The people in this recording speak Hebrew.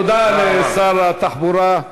תודה לשר התחבורה,